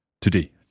Today